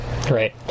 Great